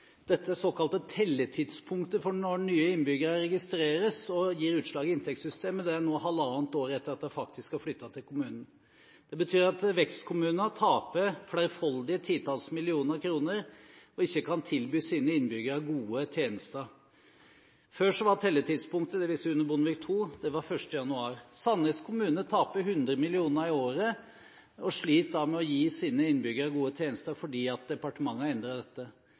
dette såkalte telletidspunktet for når nye innbyggere registreres og gir utslag i inntektssystemet. Dette tidspunktet er nå halvannet år etter at nye innbyggere faktisk har flyttet til kommunen. Det betyr at vekstkommuner taper flerfoldige titalls millioner kroner og ikke kan tilby sine innbyggere gode tjenester. Før – dvs. under Bondevik II – var telletidspunktet 1. januar. Sandnes kommune taper 100 mill. kr. i året og sliter derfor med å gi sine innbyggere gode tjenester, fordi departementet har endret dette.